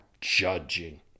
Judging